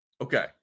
Okay